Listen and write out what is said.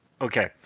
Okay